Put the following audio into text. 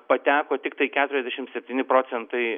pateko tiktai keturiasdešimt septyni procentai